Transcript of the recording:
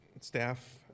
staff